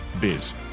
biz